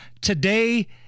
today